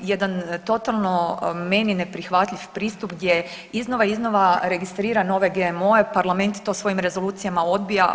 jedan totalno meni neprihvatljiv pristup gdje iznova, iznova registara nove GMO-e, Parlament to svojim rezolucijama odbija.